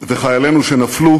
וחיילינו שנפלו